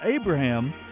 Abraham